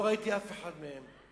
לא ראיתי אף אחד מהם.